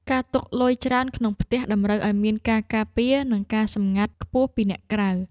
ការទុកលុយច្រើនក្នុងផ្ទះ តម្រូវឱ្យមានការការពារ និងការសម្ងាត់ខ្ពស់ពីអ្នកក្រៅ។